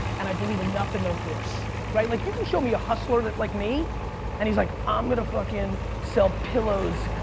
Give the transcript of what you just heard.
and i believe enough in their horse right? like you can show me a hustler like me and he's like, i'm going to fucking sell pillows,